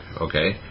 okay